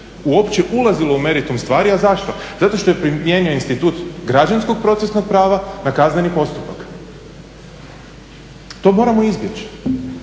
uopće ulazilo u meritum stvari. A zašto? Zato što primjenjuje institut građanskog procesnog prava na kazneni postupak. To moramo izbjeći.